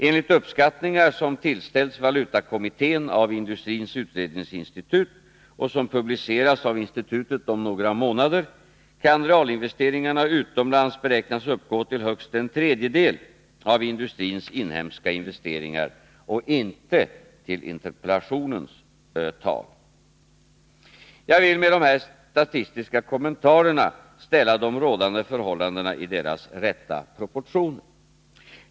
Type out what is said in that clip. Enligt uppskattningar som tillställts valutakommittén av Industriens utredningsinstitut, och som publiceras av institutet om några månader, kan realinvesteringarna utomlands beräknas uppgå till högst en tredjedel av industrins inhemska investeringar och inte till interpellationens tal. Jag vill med dessa statistiska kommentarer ställa de rådande förhållandena i deras rätta proportioner.